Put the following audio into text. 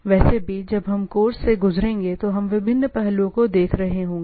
वैसे भी जब हम कोर्स से गुजरेंगे तो हम उन विभिन्न पहलुओं को देख रहे होंगे